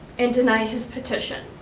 and deny his petition.